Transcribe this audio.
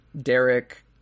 Derek